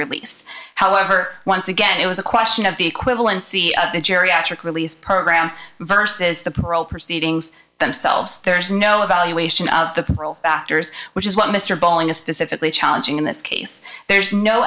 release however once again it was a question of the equivalency of the geriatric release program versus the parole proceedings themselves there is no evaluation of the factors which is what mr bowling is specifically challenging in this case there's no